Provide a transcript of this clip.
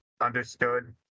understood